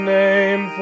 name